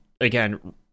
again